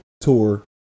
tour